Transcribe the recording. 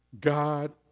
God